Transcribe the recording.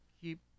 keep